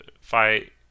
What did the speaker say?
fight